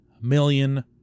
million